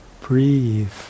breathe